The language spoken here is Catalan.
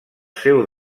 seu